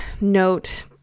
note